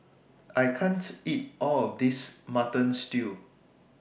I can't eat All of This Mutton Stew